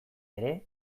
ere